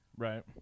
Right